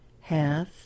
half